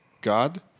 God